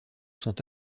sont